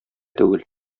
түгел